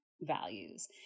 values